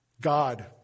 God